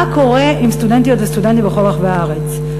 מה קורה עם סטודנטיות וסטודנטים בכל רחבי הארץ.